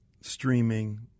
streaming